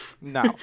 No